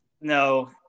No